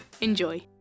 Enjoy